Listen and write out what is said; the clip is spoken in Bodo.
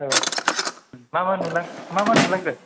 औ मा मा नुलां मा मा नुलांगोन